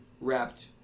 wrapped